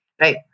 right